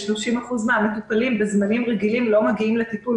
ש-30% מן המטופלים בזמנים רגילים לא מגיעים לטיפול,